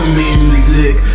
music